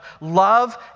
love